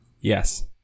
Yes